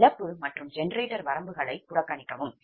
இதில் இழப்பு மற்றும் ஜெனரேட்டர் வரம்புகளை புறக்கணிக்கவும்